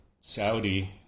Saudi